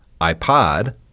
iPod